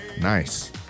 Nice